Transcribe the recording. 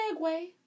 segue